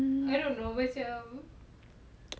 mm